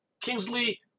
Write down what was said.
Kingsley